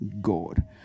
God